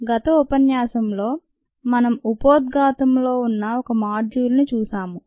గత ఉపన్యాసంలో మనం ఉపోద్ఘాతంలో ఉన్న ఒక మాడ్యూల్ ని చూశాము